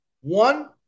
One